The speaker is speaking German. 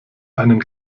einen